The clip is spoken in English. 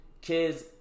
kids